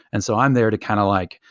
and so i'm there to kind of like,